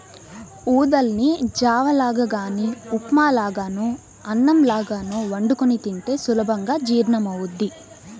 ఊదల్ని జావ లాగా గానీ ఉప్మా లాగానో అన్నంలాగో వండుకొని తింటే సులభంగా జీర్ణమవ్వుద్ది